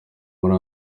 muri